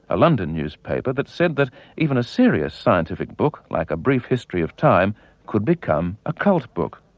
a london newspaper, that said that even a serious scientific book like a brief history of time could become a cult book.